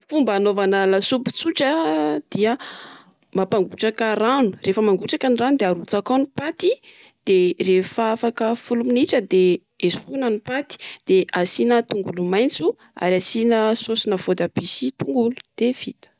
Fomba anaovana lasopy tsotra dia: mampagotraka rano. Rehefa mangotraka ny rano de arotsakao ny paty. De rehefa afaka folo minitra de esorina ny paty. De asiana tongolo maintso, ary asiana sôsina vao tabia sy tongolo de vita.